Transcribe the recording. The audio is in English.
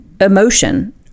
emotion